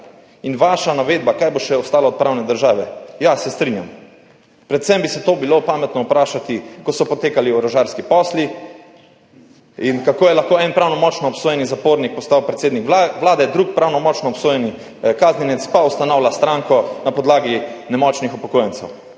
In vaša navedba, kaj bo še ostalo od pravne države, ja, se strinjam, predvsem bi se to bilo pametno vprašati, ko so potekali orožarski posli in kako je lahko en pravnomočno obsojeni zapornik postal predsednik Vlade, drug pravnomočno obsojeni kaznjenec pa ustanavlja stranko na podlagi nemočnih upokojencev.